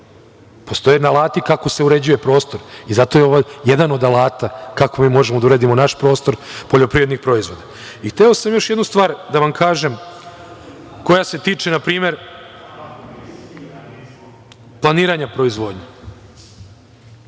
Postoje alati kako se uređuje prostor i zato je ovo jedan od alata kako mi možemo da uredimo naš prostor poljoprivrednih proizvoda. Hteo sam još jednu stvar da vam kažem koja se tiče npr. planiranja proizvodnje.